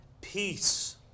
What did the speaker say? Peace